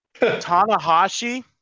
Tanahashi